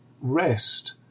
rest